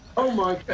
oh, i